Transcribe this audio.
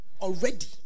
Already